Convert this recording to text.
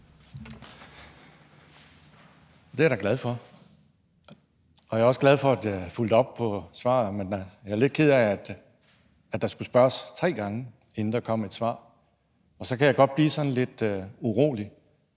Det er jeg da glad for at høre. Jeg er også glad for, at jeg fulgte op på svaret, men jeg er lidt ked af, at der skulle spørges tre gange, inden der kom et svar. Og så kan jeg godt blive sådan lidt urolig,